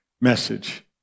message